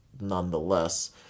nonetheless